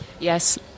Yes